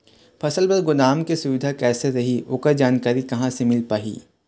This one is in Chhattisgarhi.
फसल बर गोदाम के सुविधा कैसे रही ओकर जानकारी कहा से मिल पाही?